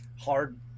hard